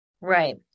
Right